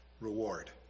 reward